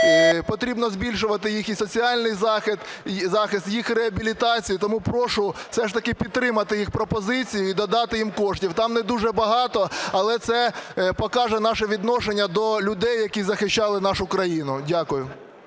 потрібно збільшувати їх соціальний захист, їх реабілітацію. Тому прошу все ж таки підтримати їх пропозицію і додати їм коштів. Там не дуже багато, але це покаже наше відношення до людей, які захищали нашу країну. Дякую.